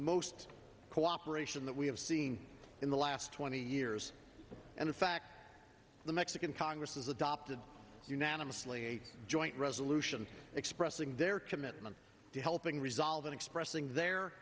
most cooperation that we have seen in the last twenty years and in fact the mexican congress has adopted unanimously a joint resolution expressing their commitment to helping resolve in expressing their